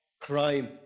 crime